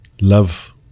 love